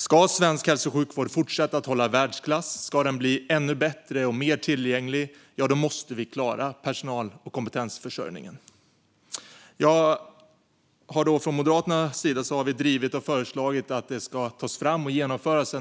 Ska svensk hälso och sjukvård fortsatt hålla världsklass, ska den kunna bli ännu bättre och mer tillgänglig ja då måste vi klara personal och kompetensförsörjningen. Vi moderater har drivit och föreslagit att en nationell kompetensförsörjningsstrategi ska tas fram och genomföras.